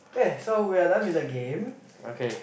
yes so we are done with the game